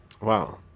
Wow